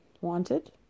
wanted